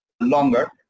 longer